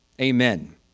Amen